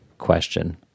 question